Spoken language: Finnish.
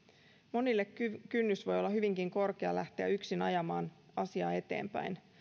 monille kynnys voi olla hyvinkin korkea lähteä yksin ajamaan asiaa eteenpäin